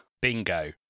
Bingo